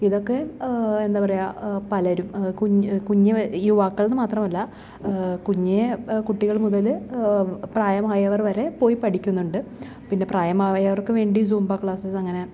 ഇതൊക്കെ എന്താ പറയാ പലരും കുഞ്ഞു കുഞ്ഞി യുവാക്കൾന്ന് മാത്രമല്ല കുഞ്ഞ് കുട്ടികൾ മുതൽ പ്രായമായവർ വരെ പോയി പഠിക്കുന്നുണ്ട് പിന്നെ പ്രായമായവർക്ക് വേണ്ടി സൂമ്പ ക്ലാസസ്സ് അങ്ങനെ